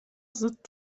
zıt